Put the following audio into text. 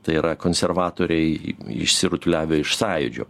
tai yra konservatoriai išsirutuliavę iš sąjūdžio